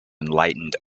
enlightened